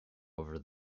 over